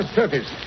surface